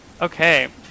Okay